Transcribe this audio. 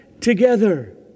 together